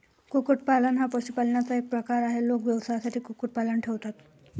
कुक्कुटपालन हा पशुपालनाचा एक प्रकार आहे, लोक व्यवसायासाठी कुक्कुटपालन ठेवतात